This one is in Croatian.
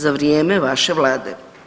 Za vrijeme vaše Vlade.